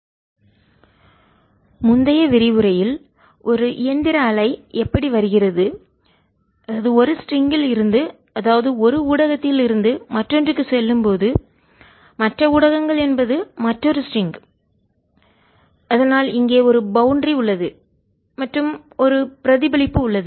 dielectric surface இருந்து ரிஃப்ளெக்ட்டிங்எதிரொளிக்கும் electromagnetic waves முந்தைய விரிவுரையில் ஒரு இயந்திர அலை எப்படி வருகிறது ஒரு ஸ்ட்ரிங்கில் லேசான கயிறுஇருந்து அதாவது ஒரு ஊடகத்திலிருந்து மற்றொன்றுக்கு செல்லும் போது மற்ற ஊடகங்கள் என்பது மற்றொரு ஸ்ட்ரிங் லேசான கயிறு அதனால் இங்கே ஒரு பவுண்டரி எல்லை உள்ளது மற்றும் ஒரு பிரதிபலிப்பு உள்ளது